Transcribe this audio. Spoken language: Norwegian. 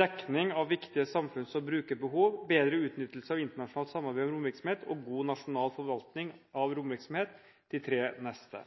dekning av viktige samfunns- og brukerbehov bedre utnyttelse av internasjonalt samarbeid om romvirksomhet god nasjonal forvaltning av romvirksomhet.